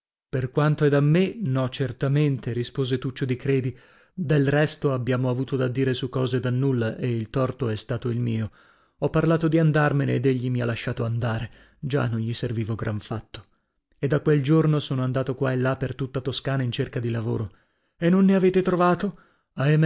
per quanto è da me no certamente rispose tuccio di credi del resto abbiamo avuto da dire su cose da nulla e il torto è stato il mio ho parlato di andarmene ed egli mi ha lasciato andare già non gli servivo gran fatto e da quel giorno sono andato qua e là per tutta toscana in cerca di lavoro e non ne avete trovato